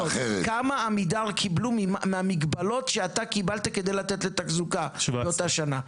כמה עמידר קיבלו מהמגבלות שאתה קיבלת כדי לתת לתחזוקה באותה שנה?